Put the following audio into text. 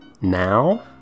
Now